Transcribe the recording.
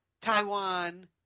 Taiwan